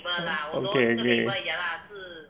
okay okay